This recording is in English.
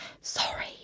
sorry